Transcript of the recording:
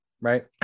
Right